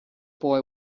boy